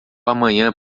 amanhã